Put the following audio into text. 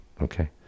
Okay